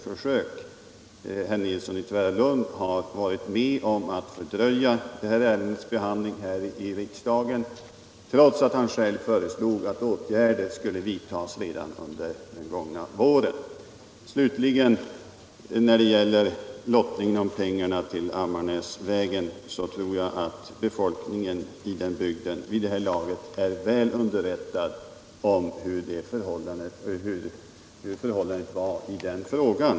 Herr Nilsson i Tvärålund har varit med om att fördröja detta ärendes behandling i riksdagen, trots att han själv i motion föreslagit att åtgärder skulle vidtas redan under den gångna våren. När det gäller lottningen av pengarna till Sorsele-Ammarnäs-vägen tror jag att befolkningen i den bygden vid det här laget är väl underrättad om förhållandet i den frågan.